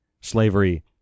Slavery